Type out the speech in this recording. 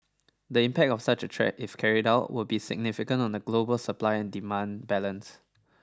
the impact of such a threat if carried out would be significant on the global supply and demand balance